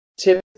tip